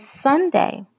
Sunday